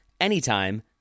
anytime